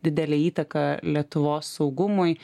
didelę įtaką lietuvos saugumui